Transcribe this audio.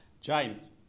James